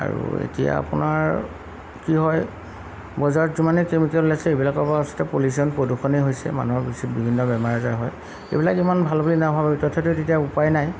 আৰু এতিয়া আপোনাৰ কি হয় বজাৰত যিমানেই কেমিকেল ওলাইছে এইবিলাকৰপৰা আচলতে পলিউশ্যন প্ৰদূষণেই হৈছে মানুহৰ অৱশ্যে বিভিন্ন বেমাৰ আজাৰ হয় এইবিলাক ইমান ভাল বুলি নাভাবোৱে তথাপিও যেতিয়া উপায় নাই